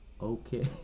okay